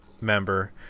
member